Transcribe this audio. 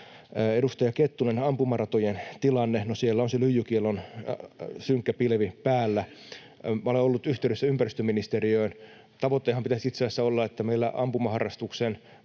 Edustaja Kettunen, ampumaratojen tilanne: No siellä on se lyijykiellon synkkä pilvi päällä. Minä olen ollut yhteydessä ympäristöministeriöön. Tavoitehan pitäisi itse asiassa olla, että meillä ampumaharrastuksen